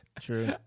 true